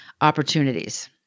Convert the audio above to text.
opportunities